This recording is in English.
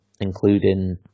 including